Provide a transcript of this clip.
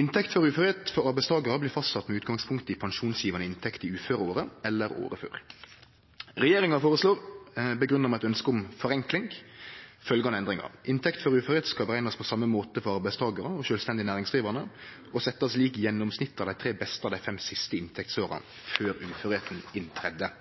Inntekt før uførleik for arbeidstakarar blir fastsett med utgangspunkt i pensjonsgjevande inntekt i uføreåret eller året før. Regjeringa foreslår, grunngjeve med eit ønske om forenkling, følgjande endringar: Ein skal berekne inntekt før uførleik på same måte for arbeidstakarar og sjølvstendig næringsdrivande, og inntekta skal bli sett lik gjennomsnittet av dei tre beste av dei fem siste inntektsåra før uførleiken byrja.